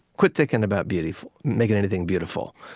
quit thinking about beauty making anything beautiful.